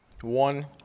One